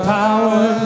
power